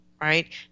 right